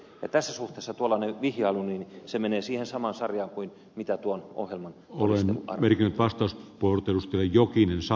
tässä suhteessa tuollainen vihjailu menee siihen samaan sarjaan kuin mitä tuon ohjelman olisi merkinnyt vastaus poul perusteli jokinen todisteluarvo